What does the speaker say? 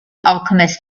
alchemist